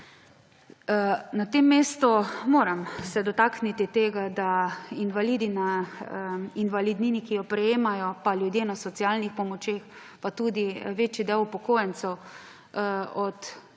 Na tem mestu se moram dotakniti tega, da invalidi na invalidnini, ki jo prejemajo, pa ljudje na socialnih pomočeh, pa tudi večji del upokojencev od